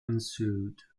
ensued